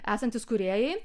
esantys kūrėjai